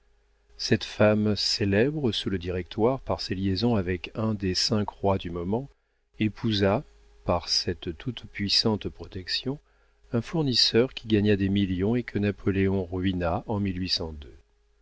cette femme célèbre sous le directoire par ses liaisons avec un des cinq rois du moment épousa par cette toute-puissante protection un fournisseur qui gagna des millions et que napoléon ruina en